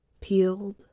peeled